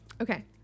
Okay